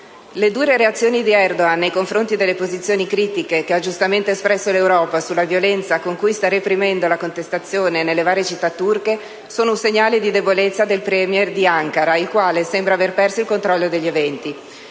Le dure reazioni di Erdogan nei confronti delle posizioni critiche che ha giustamente espresso l'Europa sulla violenza con cui sta reprimendo la contestazione nelle varie città turche sono un segnale di debolezza del *Premier* di Ankara, il quale sembra aver perso il controllo degli eventi.